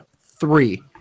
three